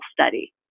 study